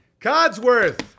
Codsworth